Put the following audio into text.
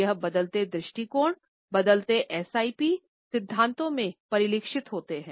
यह बदलते दृष्टिकोण बदलते SIP सिद्धांतों में परिलक्षित होते है